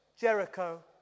Jericho